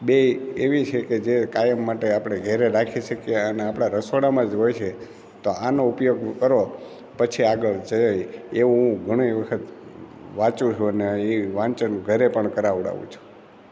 બે એવી છે કે જે કાયમ માટે આપણે ઘરે રાખી શકીએ અને આપણા રસોડામાં જ હોય છે તો આનો ઉપયોગ કરો પછી આગળ જઈ એવું હું ઘણી વખત વાંચું છું અને અને એ વાંચન ઘરે પણ કરાવડાવું છું